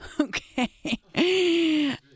okay